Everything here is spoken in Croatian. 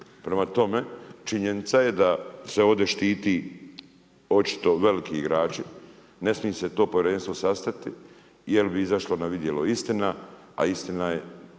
Prema tome činjenica je da se ovdje štiti očito veliki igrači. Ne smije se to povjerenstvo sastati, jer bi izašlo na vidjelo istina, a istina je